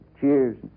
cheers